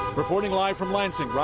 reporting live from lansing,